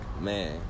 Man